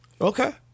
Okay